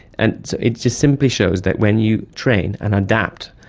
and it just simply shows that when you train and adapt,